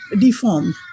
deformed